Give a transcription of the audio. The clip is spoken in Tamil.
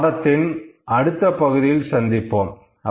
இந்த பாடத்தின் அடுத்த பகுதியில் சந்திப்போம்